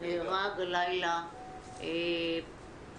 שנהרג הלילה בשומרון,